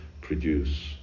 produce